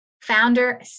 founder